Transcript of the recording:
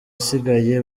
asigaye